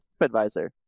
TripAdvisor